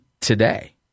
today